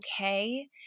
okay